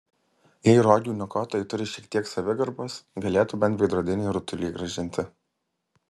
jei rogių niokotojai turi šiek kiek savigarbos galėtų bent veidrodinį rutulį grąžinti